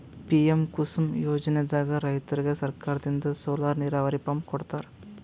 PM Kusum ಯೋಜನೆದಾಗ್ ರೈತರಿಗ್ ಸರ್ಕಾರದಿಂದ್ ಸೋಲಾರ್ ನೀರಾವರಿ ಪಂಪ್ ಕೊಡ್ತಾರ